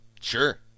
Sure